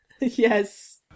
Yes